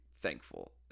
thankful